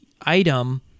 Item